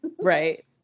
Right